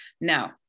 Now